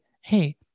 hey